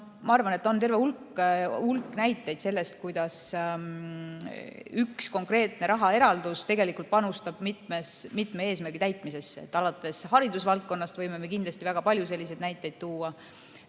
ma arvan, on terve hulk näiteid selle kohta, kuidas üks konkreetne rahaeraldus panustab mitme eesmärgi täitmisesse. Alates haridusvaldkonnast võime kindlasti väga palju selliseid näiteid tuua,